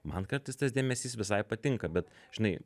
man kartais tas dėmesys visai patinka bet žinai